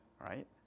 right